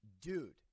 Dude